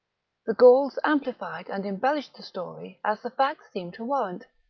the gauls amplified and embellished the story as the facts seemed to warrant,